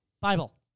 Bible